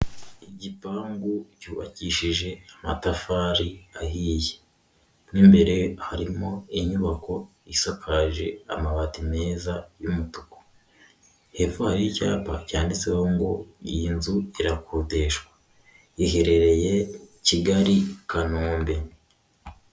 Igipangu cyubakishije amatafari ahiye, mo imbere harimo inyubako isakaje amabati meza y'umutuku, hepfo hariho icyapa cyanditseho ngo iyi nzu irakodeshwa, iherereye Kigali- Kanombe.